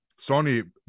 Sony